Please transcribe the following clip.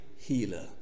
healer